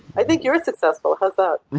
i think you're successful. how's but